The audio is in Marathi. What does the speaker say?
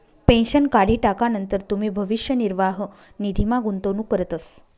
पेन्शन काढी टाकानंतर तुमी भविष्य निर्वाह निधीमा गुंतवणूक करतस